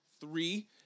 Three